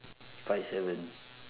five seven